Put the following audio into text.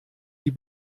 die